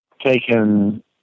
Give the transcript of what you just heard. taken –